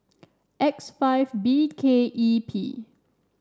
X five B K E P